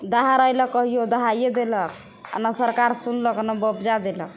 दहार अएलै कहिओ दहाइए देलक आओर नहि सरकार सुनलक नहि मुआवजा देलक